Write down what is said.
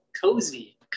cozy